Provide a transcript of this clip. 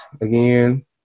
Again